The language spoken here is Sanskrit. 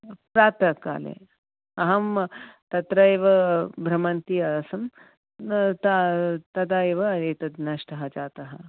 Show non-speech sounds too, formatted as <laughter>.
प्रातःकाले अहं तत्र एव भ्रमन्ति आसम् तदा <unintelligible> एव एतत् नष्ट जातः